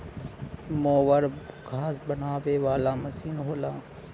mower घास बनावे वाला मसीन होला